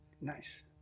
Nice